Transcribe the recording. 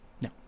No